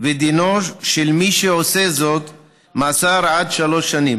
ודינו של מי שעושה זאת הוא מאסר עד שלוש שנים.